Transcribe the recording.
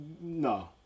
No